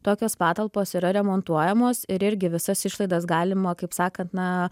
tokios patalpos yra remontuojamos ir irgi visas išlaidas galima kaip sakant na